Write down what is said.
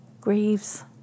grieves